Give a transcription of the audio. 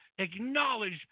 Acknowledge